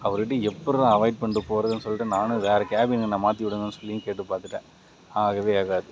அவர் கிட்ட எப்புட்ரா அவாய்ட் பண்ணிட்டு போகறதுன்னு சொல்லிவிட்டு நானும் வேறு கேபின் என்ன மாற்றிவுடுங்கன்னு சொல்லியும் கேட்டு பார்த்துட்டேன் ஆகவே ஆகாது